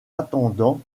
attendant